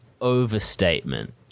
overstatement